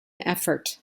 effort